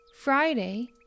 Friday